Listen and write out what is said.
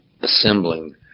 assembling